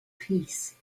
peace